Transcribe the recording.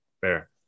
Fair